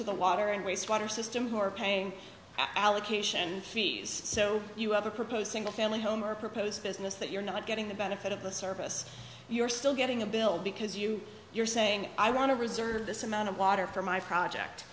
to the water and waste water system who are paying allocation fees so you are proposing a family home or proposed business that you're not getting the benefit of the service you're still getting a bill because you you're saying i want to reserve this amount of water for my project